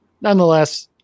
Nonetheless